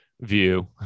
view